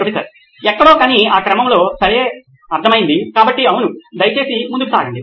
professor ఎక్కడో కానీ ఆ క్రమంలో సరే అర్థమైంది కాబట్టి అవును దయచేసి ముందుకు సాగండి